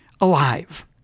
alive